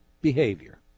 behavior